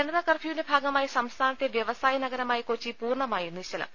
ജനതാർകർഫ്യൂവിന്റെ ഭാഗമായി സംസ്ഥാനത്തെ വ്യവ സായ നഗരമായ കൊച്ചി പൂർണ്ണമായും നിശ്ചലം